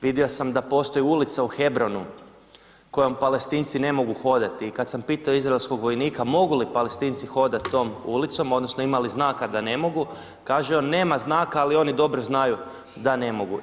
Vidio sam da postoji ulica u Hebronu kojom Palestinci ne mogu hodati i kad sam pitao izraelskog vojnika mogu li Palestinci hodati tom ulicom, odnosno ima li znaka da ne mogu, kaže on nema znaka ali oni dobro znaju da ne mogu.